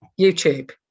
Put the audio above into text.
YouTube